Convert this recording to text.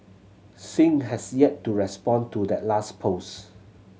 Singh has yet to respond to that last post